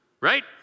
Right